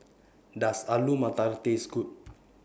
Does Alu Matar Taste Good